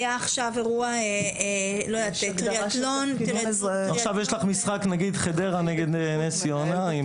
היה עכשיו אירוע טריאתלון --- אם עכשיו יש לך משחק חדרה נגד נס ציונה,